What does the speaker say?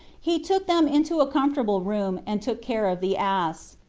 he took them into a comfortable room and took care of the ass.